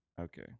Okay